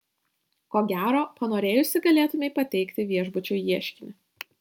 ko gero panorėjusi galėtumei pateikti viešbučiui ieškinį